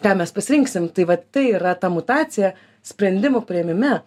ką mes pasirinksim tai vat tai yra ta mutacija sprendimų priėmime